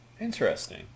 Interesting